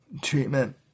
treatment